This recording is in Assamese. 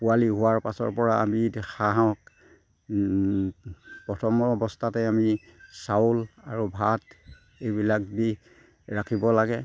পোৱালি হোৱাৰ পাছৰ পৰা আমি হাঁহক প্ৰথম অৱস্থাতে আমি চাউল আৰু ভাত এইবিলাক দি ৰাখিব লাগে